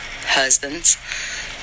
husbands